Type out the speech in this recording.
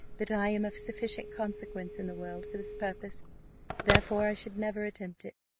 that i am of sufficient consequence in the world for this purpose therefore i should never attempt it.